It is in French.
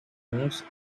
onze